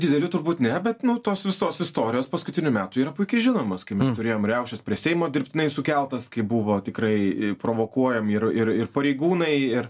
didelių turbūt ne bet nu tos visos istorijos paskutinių metų yra puikiai žinomas kaip turėjom riaušes prie seimo dirbtinai sukeltas kai buvo tikrai provokuoji ir ir ir pareigūnai ir